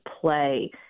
play